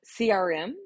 CRM